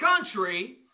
country